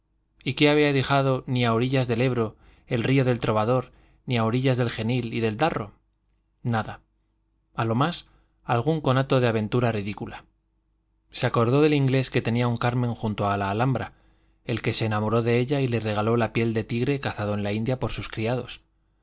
ella qué había dejado ni a orillas del ebro el río del trovador ni a orillas del genil y el darro nada a lo más algún conato de aventura ridícula se acordó del inglés que tenía un carmen junto a la alhambra el que se enamoró de ella y le regaló la piel del tigre cazado en la india por sus criados